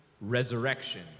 resurrection